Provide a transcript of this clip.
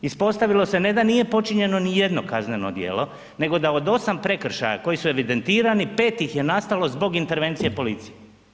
Ispostavilo se ne da nije počinjeno ni jedno kazneno djelo, nego da od 8 prekršaja koji su evidentirani, 5 ih je nastalo zbog intervencije policije.